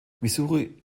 missouri